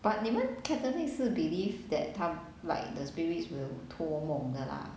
but 你们 catholic 是 believe that 他 like the spirits will 托梦的 lah